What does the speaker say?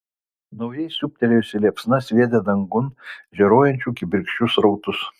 naujai siūbtelėjusi liepsna sviedė dangun žėruojančių kibirkščių srautus